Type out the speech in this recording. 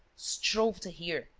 strove to hear,